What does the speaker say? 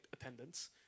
attendance